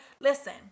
listen